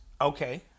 Okay